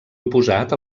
oposat